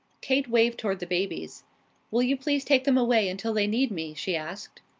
kate waved toward the babies will you please take them away until they need me? she asked.